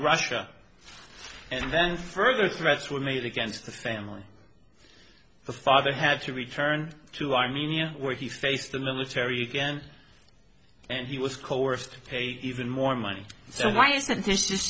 russia and then further threats were made against the family the father had to return to armenia where he faced the military again and he was coerced to pay even more money so why i